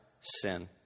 sin